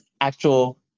actual